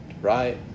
right